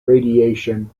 radiation